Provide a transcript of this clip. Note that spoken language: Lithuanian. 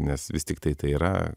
nes vis tiktai tai yra